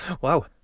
Wow